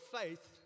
faith